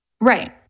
Right